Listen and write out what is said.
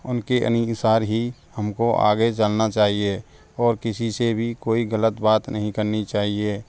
उन के अनुसार ही हम को आगे चलना चाहिए और किसी से भी कोई ग़लत बात नहीं करनी चाहिए